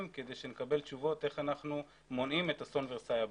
כדי שנקבל תשובות איך אנחנו מונעים את אסון ורסאי הבא.